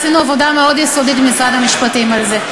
עשינו עבודה מאוד יסודית עם משרד המשפטים על זה,